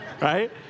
right